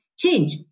change